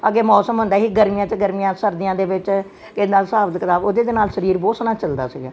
ਅੱਗੇ ਮੌਸਮ ਹੁੰਦਾ ਸੀ ਗਰਮੀਆਂ 'ਚ ਗਰਮੀਆਂ ਸਰਦੀਆਂ ਦੇ ਵਿੱਚ ਹਿਸਾਬ ਕਿਤਾਬ ਉਹਦੇ ਦੇ ਨਾਲ ਸਰੀਰ ਬਹੁਤ ਸੋਹਣਾ ਚਲਦਾ ਸੀਗਾ